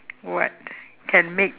what can make